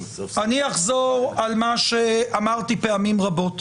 אחזור על מה שאמרתי פעמים רבות